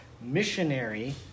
missionary